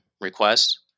requests